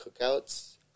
cookouts